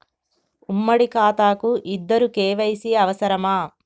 ఉమ్మడి ఖాతా కు ఇద్దరు కే.వై.సీ అవసరమా?